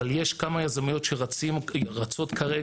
אבל יש כמה יזמויות שרצות כרגע.